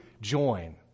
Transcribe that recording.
join